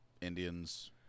Indians